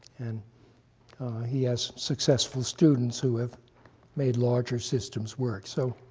and he has successful students, who have made larger systems work. so